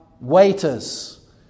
waiters